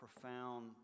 profound